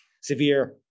severe